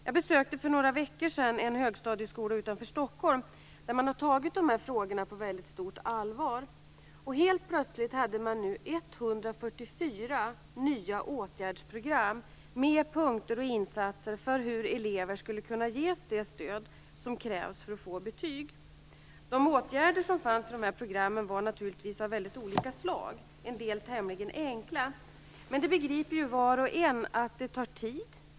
Jag besökte för några veckor sedan en högstadieskola utanför Stockholm, där man har tagit de här frågorna på mycket stort allvar. Helt plötsligt hade man 144 nya åtgärdsprogram, med punkter och insatser för hur elever skulle kunna ges det stöd som krävs för att få betyg. De åtgärder som fanns i programmen var naturligtvis av mycket olika slag, en del tämligen enkla. Men det begriper var och en att det tar tid.